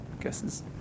Guesses